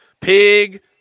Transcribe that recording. Pig